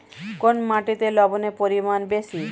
কোন মাটিতে লবণের পরিমাণ বেশি?